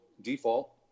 default